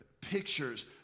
pictures